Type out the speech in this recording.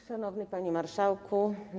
Szanowny Panie Marszałku!